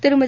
திருமதி